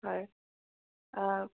হয়